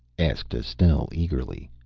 asked estelle eagerly.